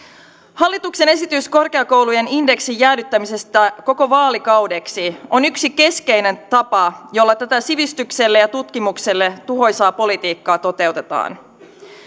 hallituksen esitys korkeakoulujen indeksin jäädyttämisestä koko vaalikaudeksi on yksi keskeinen tapa jolla tätä sivistykselle ja tutkimukselle tuhoisaa politiikkaa toteutetaan